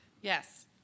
Yes